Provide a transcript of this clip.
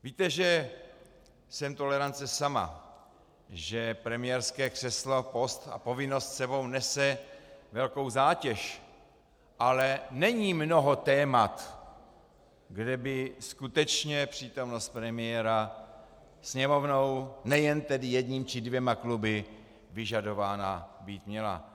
Víte, že jsem tolerance sama, že premiérské křeslo, post a povinnost s sebou nese velkou zátěž, ale není mnoho témat, kde by skutečně přítomnost premiéra Sněmovnou, nejen tedy jedním či dvěma kluby, vyžadována být měla.